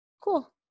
cool